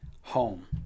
home